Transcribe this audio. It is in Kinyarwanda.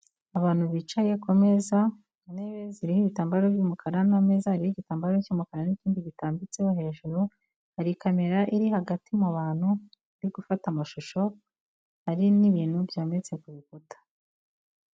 Abantu bicaye ku meza, intebe zirho ibitambaro by'umukara n'ameza hari igitambaro cy'umukara n'ikindi gitambitseho hejuru, hari kamera iri hagati mu bantu, iri gufata amashusho, hari n'ibintu byaditse ku rukuta.